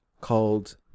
called